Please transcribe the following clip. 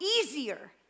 easier